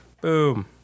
Boom